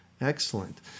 Excellent